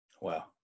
Wow